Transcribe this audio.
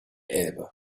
elbe